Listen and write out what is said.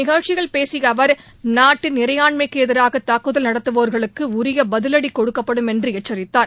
நிகழ்ச்சியில் பேசியஅவர் நாட்டின் இறையாண்மைக்குஎதிராகதாக்குதல் நடத்துவோர்களுக்குஉரியபதிலடிகொடுக்கப்படும் என்றுஎச்சரித்தார்